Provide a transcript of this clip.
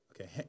Okay